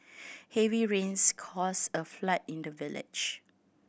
heavy rains caused a flood in the village